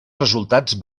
resultats